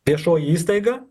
viešoji įstaiga